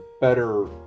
better